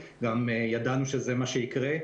ידענו שזה מה שיקרה,